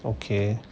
okay